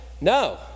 No